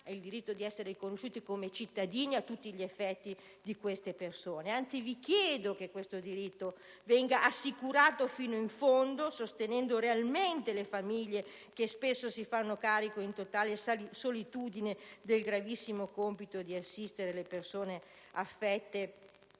il diritto di essere riconosciute cittadini a tutti gli effetti. Anzi, vi chiedo che questo diritto venga assicurato fino in fondo, sostenendo realmente le famiglie che spesso si fanno carico, in totale solitudine, del gravissimo compito di assistere le persone affette